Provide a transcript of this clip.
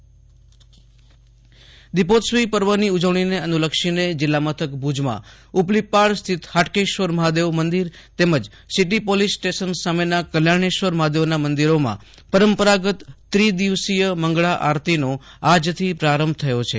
આશુતોષ અંતાણી ભુજ મંગળા આરતી દીપોત્સવી પર્વની ઉજવણીને અનુલક્ષીને જિલ્લામથક ભુજમાં ઉપલીપાડ સ્થિત Hatkeshwar Mahadev city police station સામેના કલ્યાણેશ્વર મહાદેવના મંદિરોમાં પરંપરાગત ત્રિદિવસીય મંગળા આરતીનો આજથી પ્રારંભ થયો છે